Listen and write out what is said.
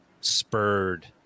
spurred